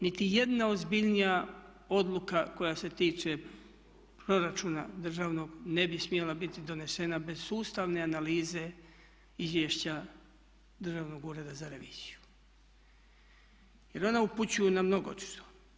Niti jedna ozbiljnija odluka koja se tiče proračuna državnog ne bi smjela biti donesena bez sustavne analize izvješća Državnog ureda za reviziju, jer ona upućuju na mnogo što.